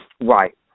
Right